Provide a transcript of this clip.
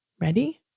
Ready